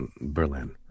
Berlin